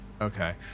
Okay